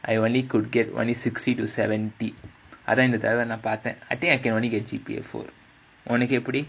I only could get only sixty to seventy அதான் இந்த தடவ நான் பார்த்தேன்:adhaan indha thadava naan paarthaen I think I can only get G_P_A four உனக்கு எப்படி:unakku eppadi